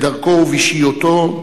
בדרכו ובאישיותו,